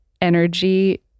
energy